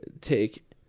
take